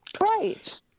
Right